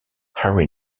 harry